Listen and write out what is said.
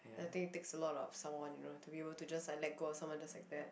I think it takes a lot of someone you know to be able to just let go of someone just like that